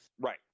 Right